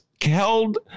held